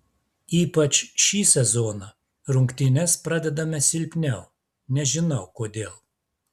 ypač šį sezoną rungtynes pradedame silpniau nežinau kodėl